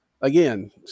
again